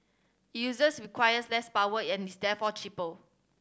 users requires less power and is therefore cheaper